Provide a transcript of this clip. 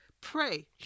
Pray